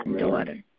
daughter